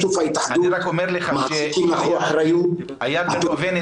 אני רק אומר לך ש --- אני מסכם,